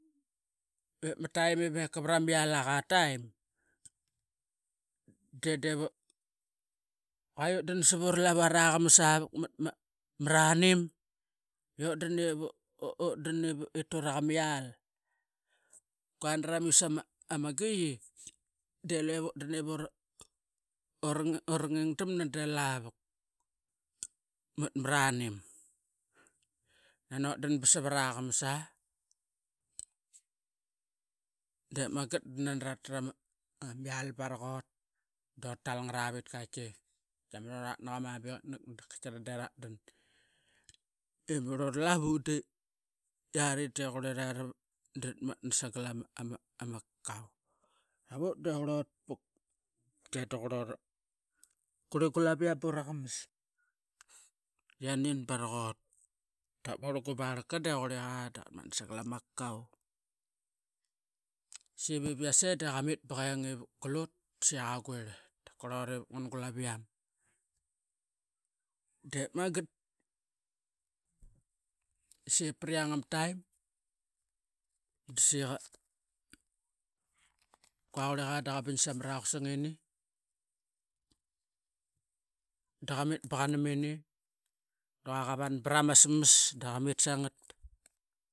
Bepna taim iama ialaqa taim de divot dan savura lavu araqam as savuk mat maranim i utdan itu raqa mial. Kuananiramis ama giyi delu vatdan ivorang urangi damana de lavuk matma ranim i utdan savaraqamasa. Dep mangat da tatrama ial baraqut doratel ngat avit qaiti tamat uranaq ama biqitnak da qaitira de ratdan. Emurl uralavu de iari de qurlira dratmatna sagal ama kaaka da vot de qurlut puk. Duqurlara, qurli gulaviam puraqamas di iana nin baraqut dap qarl gu barlka de qurliqa da qatmatna sagal ama kakau. Seviase daqamit sagal utdaqarl quirl sa qurlut ivuk gulaviam dep mangat das priang ama taim daqaska qurliqa da qa bingsas samarama qusangini. Da qa mit ba qanamini da qavan pramasmas da qa mit sangat.